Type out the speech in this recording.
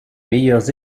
meilleures